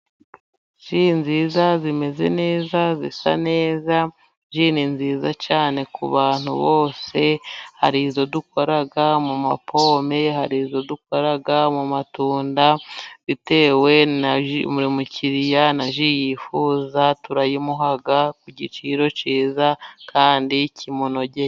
Jii nziza ,zimeze neza, zisa neza, ji nziza cyane ku bantu bose hari izo dukora mu mapome, hari izo dukora mu matunda, bitewe na buri mukiriya na ji yifuza turayimuha ku giciro cyiza kandi kimunogeye.